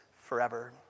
forever